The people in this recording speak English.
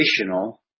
additional